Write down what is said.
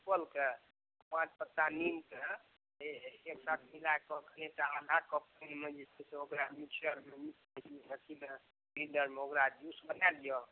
पीपलके पाँच पत्ता नीमके से एक साथ मिलाकऽ कनिटा आधा कपमे जे छै से ओहि मिक्सर ग्राइन्डरमे ओकरा जुस बना लिअ